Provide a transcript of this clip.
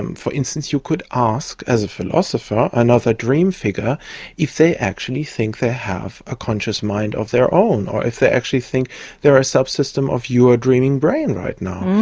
um for instance, you could ask, as a philosopher, another dream figure if they actually think they have a conscious mind of their own or if they actually think they're a subsystem of your dreaming brain right now.